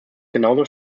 genauso